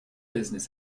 business